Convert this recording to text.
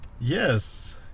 Yes